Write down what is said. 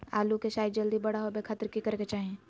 आलू के साइज जल्दी बड़ा होबे के खातिर की करे के चाही?